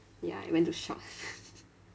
ya I went to shout